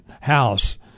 house